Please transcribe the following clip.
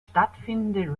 stattfindende